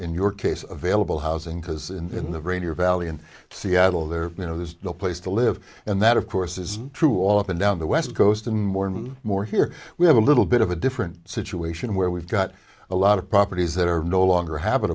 in your case vailable housing because in the rainy or valley in seattle there you know there's no place to live and that of course is true all up and down the west coast and more and more here we have a little bit of a different situation where we've got a lot of properties that are no longer habit